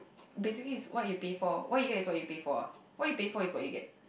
basically it's what you pay for what you get is what you pay for ah what you pay for is what you get